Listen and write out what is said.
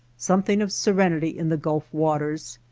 something of serenity in the gulf waters,